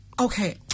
Okay